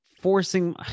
forcing